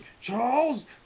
Charles